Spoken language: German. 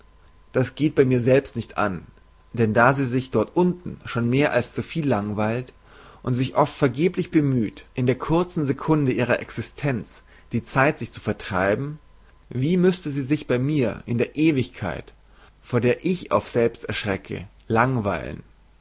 das geht bei mir selbst nicht an denn da sie sich dort unten schon mehr als zuviel langweilt und sich oft vergeblich bemüht in der kurzen sekunde ihrer existenz die zeit sich zu vertreiben wie müßte sie sich bei mir in der ewigkeit vor der ich oft selbst erschrecke langweilen